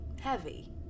Heavy